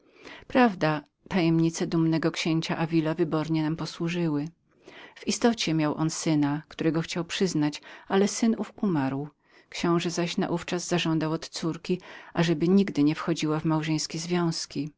uwieńczał wprawdzie tajemnice dumnego księcia davila wybornie nam posłużyły w istocie miał on syna którego chciał przyznać ale ten umarł książe zaś naówczas zażądał od córki ażeby nigdy nie wchodziła w małżeńskie związki